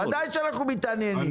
בוודאי שאנחנו מתעניינים.